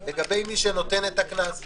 וגם לך יעקב,